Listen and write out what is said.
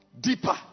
Deeper